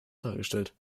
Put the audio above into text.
dargestellt